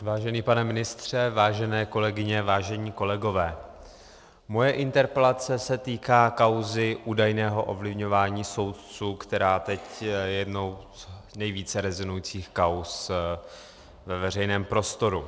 Vážený pane ministře, vážené kolegyně, vážení kolegové, moje interpelace se týká kauzy údajného ovlivňování soudců, která je teď jednou z nejvíce rezonujících kauz ve veřejném prostoru.